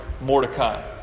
Mordecai